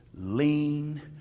Lean